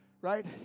right